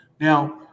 Now